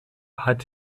hat